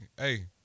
Hey